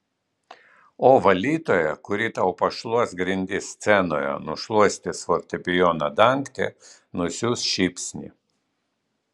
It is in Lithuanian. o valytoja kuri tau pašluos grindis scenoje nušluostys fortepijono dangtį nusiųs šypsnį